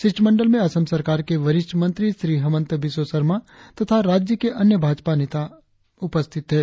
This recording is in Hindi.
शिष्टमंडल में असम सरकार में वरिष्ठ मंत्री श्री हेमंता विस्वा शर्मा तथा राज्य के अन्य भाजपा नेता थे